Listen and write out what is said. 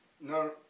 No